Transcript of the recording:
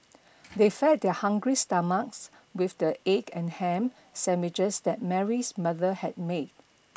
they fed their hungry stomachs with the egg and ham sandwiches that Mary's mother had made